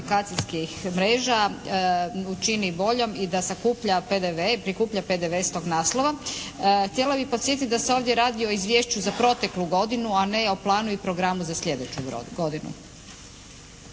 telekomunikacijskih mreža učini boljom i da sakuplja PDV, prikuplja PDV s tog naslova. Htjela bih podsjetiti da se ovdje radi o izvješću za proteklu godinu, a ne o planu i programu za slijedeću godinu.